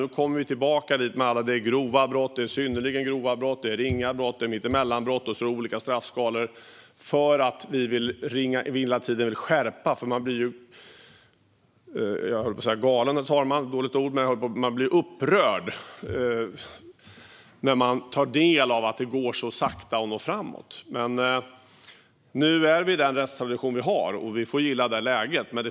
Nu kommer vi tillbaka till att det är grova brott, det är synnerligen grova brott, det är ringa brott, det är mittemellanbrott, och så är det olika straffskalor, allt för att vi hela tiden vill skärpa detta. Man blir ju - jag höll på att säga galen, herr talman, men det är ett dåligt ord - upprörd när man tar del av hur sakta det går att nå framåt. Nu har vi dock den rättstradition vi har och får gilla läget.